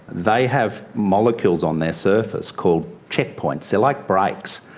they have molecules on their surface called check points. they're like brakes.